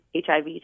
HIV